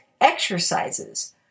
exercises